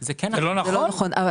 אם אתה מטיל מס גבוה על סיגריות